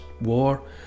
war